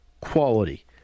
quality